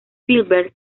spielberg